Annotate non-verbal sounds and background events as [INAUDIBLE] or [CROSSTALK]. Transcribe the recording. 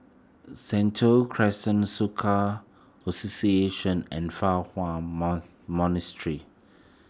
Sentul Crescent Soka Association and Fa Hua [UNINTELLIGIBLE]